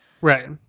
Right